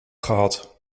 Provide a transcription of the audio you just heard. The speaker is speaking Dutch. gehad